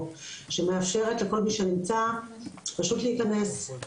שמאפשרת לכל מי שנמצא פשוט להיכנס,